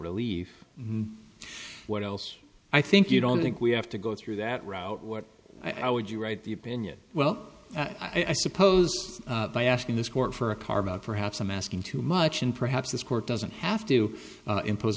relief what else i think you don't think we have to go through that route what i would you write the opinion well i suppose by asking this court for a car but perhaps i'm asking too much and perhaps this court doesn't have to impose